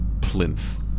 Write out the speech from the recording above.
plinth